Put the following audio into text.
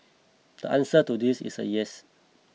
the answer to this is yes